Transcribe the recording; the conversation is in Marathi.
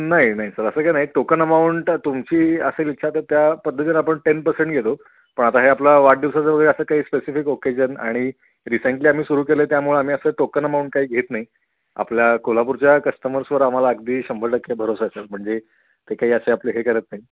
नाही नाही सर असं काय नाही टोकन अमाऊंट तुमची असेल इच्छा तर त्या पद्धतीने आपण टेन पर्सेंट घेतो पण आता हे आपला वाढदिवसाच्या असं काही स्पेसिफिक ओकेजन आणि रिसेंटली आम्ही सुरू केले त्यामुळे आम्ही असं टोकन अमाऊंट काही घेत नाही आपल्या कोल्हापूरच्या कस्टमर्सवर आम्हाला अगदी शंभर टक्के भरोसा आहे सर म्हणजे ते काही असे आपले हे करत नाही